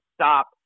stop